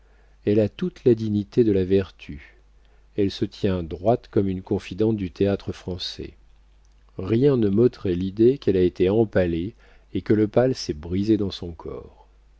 elle a toute la dignité de la vertu elle se tient droite comme une confidente du théâtre-français rien ne m'ôterait l'idée qu'elle a été empalée et que le pal s'est brisé dans son corps